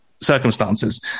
Circumstances